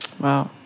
Wow